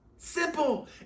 Simple